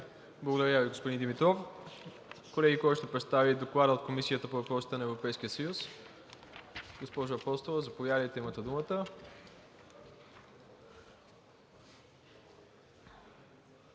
Благодаря Ви, господин Димитров. Колеги, кой ще представи Доклада на Комисията по въпросите на Европейския съюз? Госпожо Апостолова, заповядайте, имате думата.